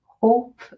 hope